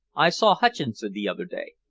i saw hutcheson the other day.